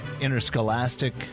Interscholastic